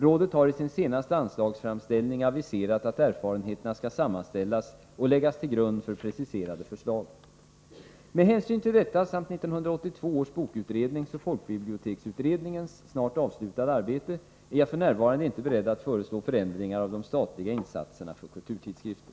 Rådet har i sin senaste anslagsframställning aviserat att erfarenheterna skall sammanställas och läggas till grund för preciserade förslag. Med hänsyn till detta samt 1982 års bokutrednings och folkbiblioteksutredningens snart avslutade arbete är jag f. n. inte beredd att föreslå förändringar av de statliga insatserna för kulturtidskrifter.